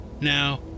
now